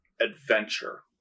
adventure